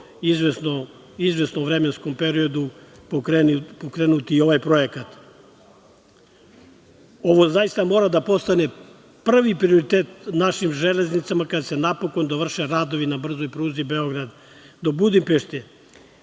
izvesnom vremenskom periodu pokrenuti i ovaj projekat. Ovo zaista mora da postane prvi prioritet našim železnicama, kada se napokon dovrše radovi na brzoj pruzi od Beograda do Budimpešte.